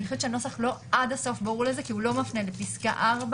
אני חושבת שהנוסח לא ברור עד הסוף כי הוא לא מפנה לפסקה (4).